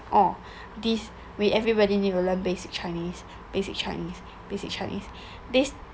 oh this wait everybody need to learn basic chinese basic chinese basic chinese this